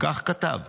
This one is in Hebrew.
כך כתב.